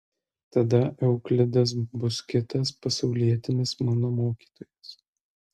tada euklidas bus kitas pasaulietinis mano mokytojas